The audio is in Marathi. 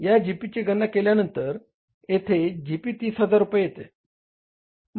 या जीपीची गणना केल्यानंतर येथे जीपी 30000 रुपये येते